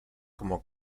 como